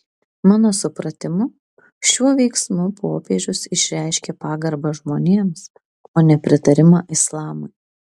mano supratimu šiuo veiksmu popiežius išreiškė pagarbą žmonėms o ne pritarimą islamui